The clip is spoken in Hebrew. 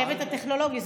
לצוות הטכנולוגי.